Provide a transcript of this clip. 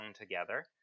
together